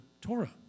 Torah